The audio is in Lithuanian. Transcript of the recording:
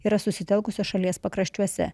yra susitelkusios šalies pakraščiuose